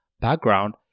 background